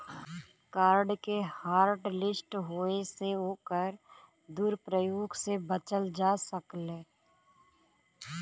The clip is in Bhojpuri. कार्ड के हॉटलिस्ट होये से ओकर दुरूप्रयोग से बचल जा सकलै